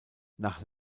nach